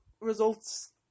results